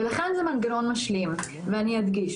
ולכן זה מנגנון משלים, ואני אדגיש.